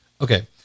Okay